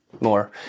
more